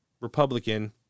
Republican